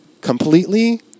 completely